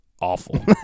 awful